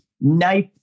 knife